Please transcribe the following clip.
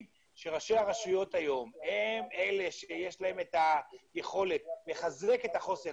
שראשי הרשויות היום הם אלה שיש להם את היכולת לחזק את החוסן,